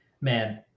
Man